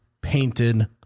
painted